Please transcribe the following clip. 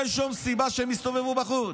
אין שום סיבה שהם יסתובבו בחוץ.